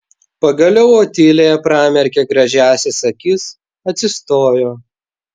pagaliau otilija pramerkė gražiąsias akis atsistojo